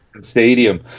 stadium